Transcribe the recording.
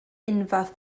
unfath